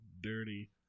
dirty